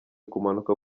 kumanuka